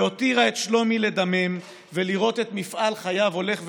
והותירה את שלומי לדמם ולראות את מפעל חייו הולך ונמוג,